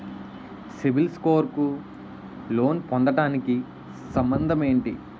CIBIL score కు loan పొందటానికి సంబంధం ఏంటి?